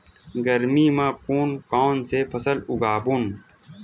गरमी मा कोन कौन से फसल उगाबोन?